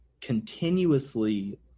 continuously